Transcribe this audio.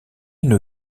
une